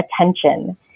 attention